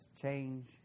change